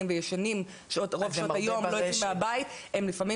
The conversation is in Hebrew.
וישנים רוב שעות היום ולא יוצאים מהבית הם לפעמים